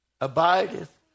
Abideth